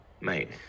Mate